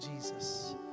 Jesus